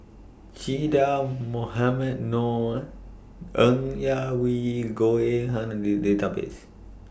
Che Dah Mohamed Noor Ng Yak Whee Goh Eng Han Are in The Database